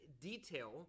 detail